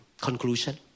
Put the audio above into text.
Conclusion